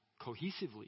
cohesively